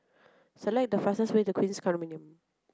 select the fastest way to Queens Condominium